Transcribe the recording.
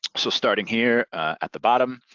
so starting here at the bottom,